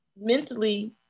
mentally